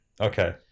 Okay